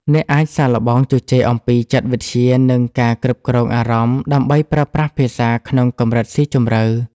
អ្នកអាចសាកល្បងជជែកអំពីចិត្តវិទ្យា និងការគ្រប់គ្រងអារម្មណ៍ ដើម្បីប្រើប្រាស់ភាសាក្នុងកម្រិតស៊ីជម្រៅ។